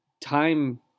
time